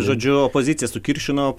žodžiu opozicija sukiršino